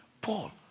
Paul